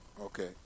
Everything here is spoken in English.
Okay